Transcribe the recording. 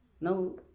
Now